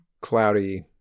cloudy